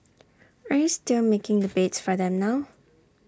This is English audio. are you still making the beds for them now